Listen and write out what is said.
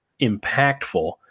impactful